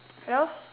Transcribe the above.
hello